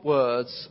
words